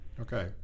Okay